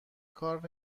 کار